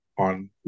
on